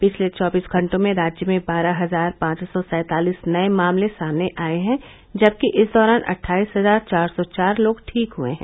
पिछले चौबीस घंटों में राज्य में बारह हजार पांच सौ सैंतालीस नये मामने सामने आये हैं जबकि इस दौरान अट्ठाईस हजार चार सौ चार लोग ठीक हुए हैं